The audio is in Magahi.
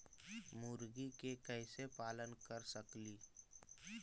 मुर्गि के कैसे पालन कर सकेली?